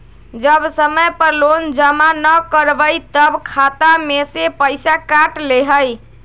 जब समय पर लोन जमा न करवई तब खाता में से पईसा काट लेहई?